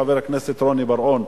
חבר הכנסת רוני בר-און,